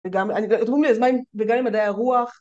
וגם עם מדעי הרוח